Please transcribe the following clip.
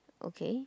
okay